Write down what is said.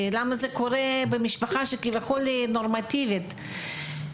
למה זה קורה במשפחה נורמטיבית כביכול?